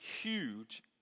huge